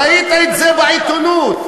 ראיתם את זה בעיתונות.